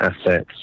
assets